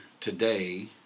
today